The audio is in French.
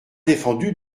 défendu